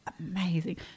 amazing